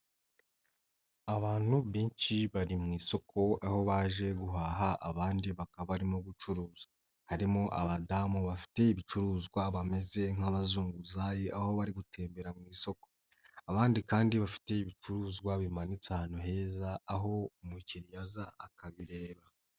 Abantu benshi bari mu isoko, aho baje guhaha abandi bakaba barimo gucuza, harimo abadamu bafite ibicuruzwa bameze nk'abazunguzayi aho bari gutembera mu isoko, abandi kandi bafite ibicuruzwa bimanitse ahantu heza, aho umukiriya aza akabireba.